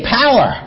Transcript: power